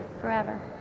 forever